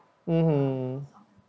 mmhmm